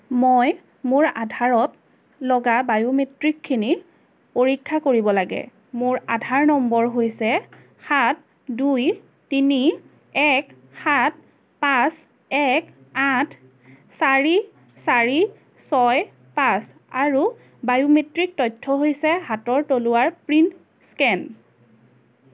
মই মোৰ আধাৰত লগা বায়োমেট্ৰিকখিনি পৰীক্ষা কৰিব লাগে মোৰ আধাৰ নম্বৰ হৈছে সাত দুই তিনি এক সাত পাঁচ এক আঠ চাৰি চাৰি ছয় পাঁচ আৰু বায়োমেট্ৰিক তথ্য হৈছে হাতৰ তলুৱাৰ প্ৰিণ্ট স্কেন